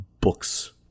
books